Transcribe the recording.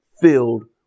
filled